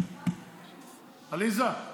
עליזה,